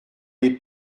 les